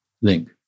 link